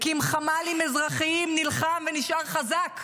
הקים חמ"לים אזרחיים, נלחם ונשאר חזק.